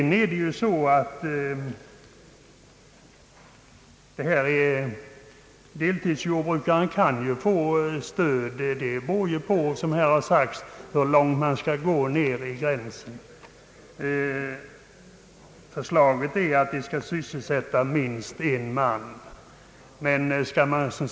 Nu är det ju så att deltidsjordbruken kan få stöd, och det är bara fråga om hur långt ner man skall dra gränsen. Förslaget innebär att jordbruket bör sysselsätta minst en man.